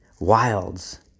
wilds